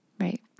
right